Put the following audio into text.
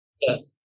Yes